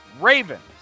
Ravens